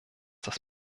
das